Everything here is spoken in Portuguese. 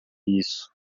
isso